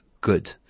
good